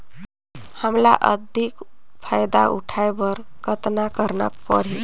हमला अधिकतम फायदा उठाय बर कतना करना परही?